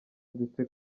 ndetse